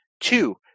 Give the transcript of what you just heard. Two